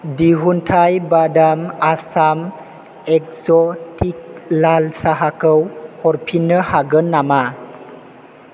दिहुनथाइ बादाम आसाम एग्ज'टिक लाल साहाखौ हरफिन्नो हागोन नामा